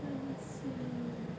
let me see